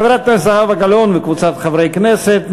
של חברת הכנסת זהבה גלאון וקבוצת חברי הכנסת,